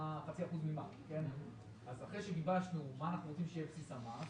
אני רוצה להכניס לתוך הסיפור הזה גם את העובדה שאנחנו